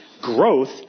Growth